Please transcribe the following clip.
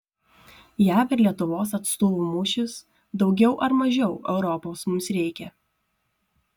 jav ir lietuvos atstovų mūšis daugiau ar mažiau europos mums reikia